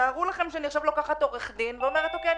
תארו לכם שאני עכשיו לוקחת עורך דין ואומרת: אני